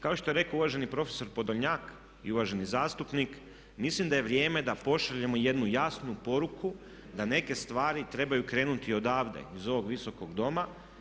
Kao što je rekao uvaženi profesor Podolnjak i uvaženi zastupnik mislim da je vrijeme da pošaljemo jednu jasnu poruku da neke stvari trebaju krenuti odavde iz ovog Visokog doma.